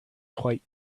quite